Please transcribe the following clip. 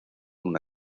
una